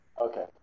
Okay